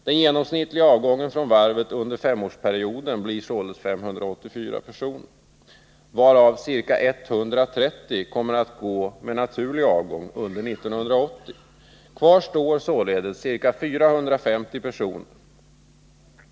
Den genomsnittliga avgången från varvet under femårsperioden blir 584 personer, varav ca 130 kommer att gå med naturlig avgång under 1980. Kvar står således ca 450 personer.